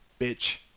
bitch